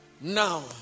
Now